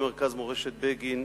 במרכז מורשת בגין,